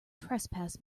trespass